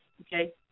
okay